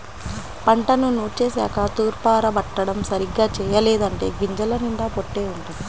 పంటను నూర్చేశాక తూర్పారబట్టడం సరిగ్గా చెయ్యలేదంటే గింజల నిండా పొట్టే వుంటది